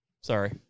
Sorry